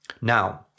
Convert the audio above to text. Now